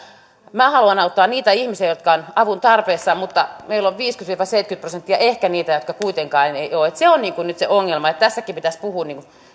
minä haluan auttaa niitä ihmisiä jotka ovat avun tarpeessa mutta meillä on viisikymmentä viiva seitsemänkymmentä prosenttia ehkä niitä jotka kuitenkaan eivät ole että se on nyt se ongelma tässäkin pitäisi puhua